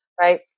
right